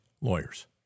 lawyers